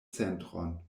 centron